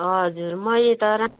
हजुर मैले त राम्